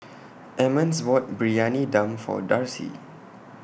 Emmons bought Briyani Dum For Darci